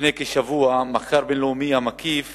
לפני כשבוע מחקר בין-לאומי, המקיף